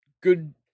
good